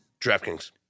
DraftKings